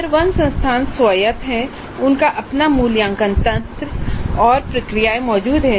tier 1 संस्थान स्वायत्त हैं उनका अपना मूल्यांकन तंत्र और प्रक्रियाएं मौजूद हैं